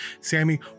Sammy